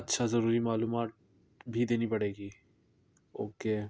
اچھا ضروری معلومات بھی دینی پڑے گی اوکے